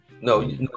no